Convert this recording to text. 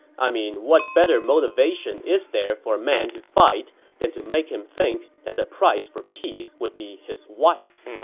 i mean, what better motivation is there for a man to fight than to make him think that the price for peace would be his wife?